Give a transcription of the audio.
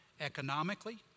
economically